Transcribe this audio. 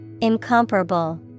Incomparable